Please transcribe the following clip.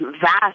vast